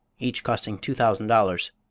each costing two thousand dollars.